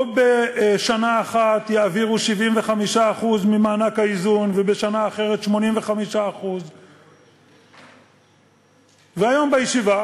לא שבשנה אחת יעבירו 75% ממענק האיזון ובשנה אחרת 85%. בישיבה